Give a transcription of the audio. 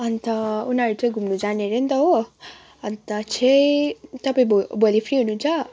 अन्त उनीहरू चाहिँ घुम्नु जाने हरे नि त हो अन्त चाहिँ तपाईँ भो भोलि फ्री हुनुहुन्छ